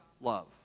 love